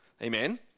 Amen